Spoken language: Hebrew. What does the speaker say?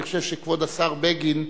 אני חושב שכבוד השר בגין,